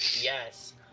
yes